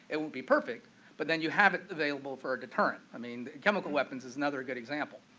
it would be perfect but then you have it available for a deterrent. i mean chemical weapons is another good example.